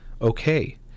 okay